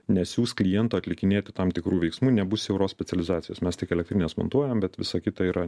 nesiųs kliento atlikinėti tam tikrų veiksmų nebus siauros specializacijos mes tik elektrines montuojam bet visa kita yra